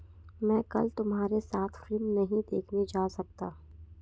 मैं कल तुम्हारे साथ फिल्म नहीं देखने जा सकता